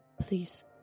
please